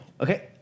Okay